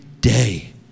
day